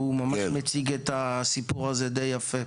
שהוא ממש מציג את הסיפור הזה די יפה.